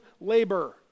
labor